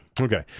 Okay